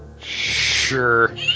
Sure